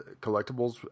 collectibles